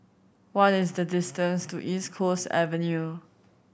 what is the distance to East Coast Avenue